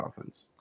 offense